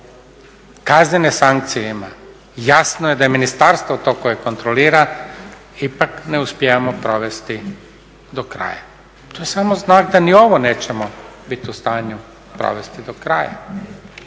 kaznene sankcije ima. Jasno je da je ministarstvo to koje kontrolira ipak ne uspijevamo provesti do kraja. To je samo znak da ni ovo nećemo bit u stanju provesti do kraja.